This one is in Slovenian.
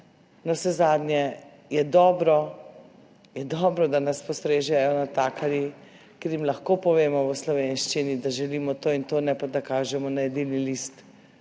Navsezadnje je dobro, da nas postrežejo natakarji, ki jim lahko povemo v slovenščini, da želimo to in to, ne pa da kažemo na jedilni list,